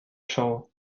show